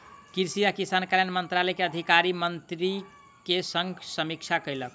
कृषि आ किसान कल्याण मंत्रालय के अधिकारी मंत्री के संग समीक्षा कयलक